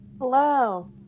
Hello